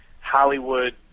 Hollywood